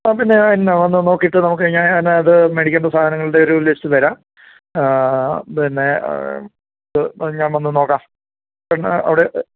ഓ പിന്നെ ഞാൻ ഇന്നാണ് വന്ന് നോക്കിയിട്ട് നമുക്ക് ഞാൻ അത് മേടിക്കേണ്ട സാധനങ്ങളുടെ ഒരു ലിസ്റ്റ് തരാം പിന്നെ അത് ഞാൻ വന്ന് നോക്കാം പിന്നെ അവിടെ